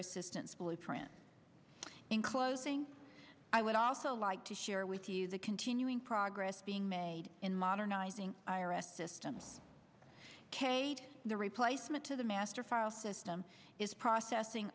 assistance blueprint in closing i would also like to share with you the continuing progress being made in modernizing i r s systems kates the replacement to the master file system is processing